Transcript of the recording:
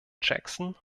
jackson